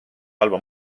halba